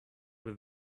with